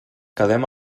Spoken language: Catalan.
quedem